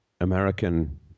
american